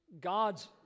God's